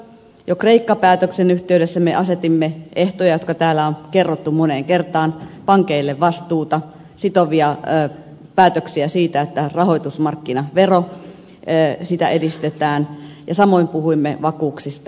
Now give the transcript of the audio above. jo kreikka päätöksen yhteydessä me asetimme ehtoja jotka täällä on kerrottu moneen kertaan pankeille vastuuta sitovia päätöksiä siitä että rahoitusmarkkinaveroa edistetään ja samoin puhuimme vakuuksista lainoille